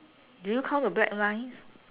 do you count the black lines